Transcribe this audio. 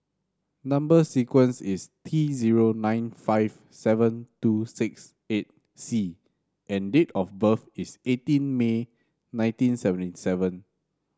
number sequence is T zero nine five seven two six eight C and date of birth is eighteen May nineteen seventy seven